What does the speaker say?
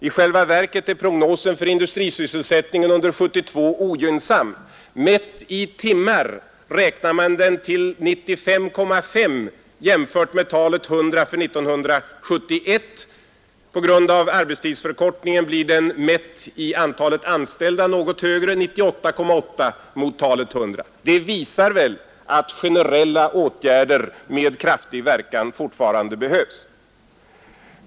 I själva verket är prognosen för industrisysselsättningen under 1972 ogynnsam. Mätt i timmar räknas den till 95,5 i jämförelse med talet 100 för 1971. På grund av arbetstidsförkortningen blir den mätt i antalet anställda något högre — 98,8 mot 100. Det visar att generella åtgärder med kraftig verkan fortfarande behövs.